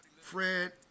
Fred